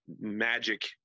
magic